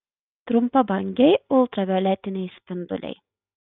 trumpabangiai ultravioletiniai spinduliai